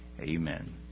Amen